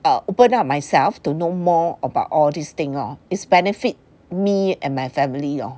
open up myself to know more about all these thing lor it's benefit me and my family lor